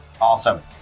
Awesome